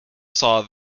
saw